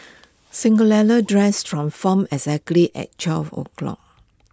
Cinderella's dress transformed exactly at twelve o' clock